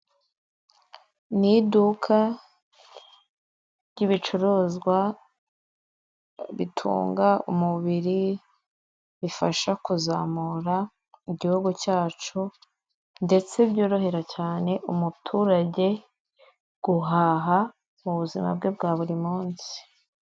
Ni iduka ry'ibicuruzwa bitunga umubiri. Bifasha kuzamura igihugu cyacu ndetse byorohera cyane umuturage guhaha, mu buzima bwe bwa buri munsi.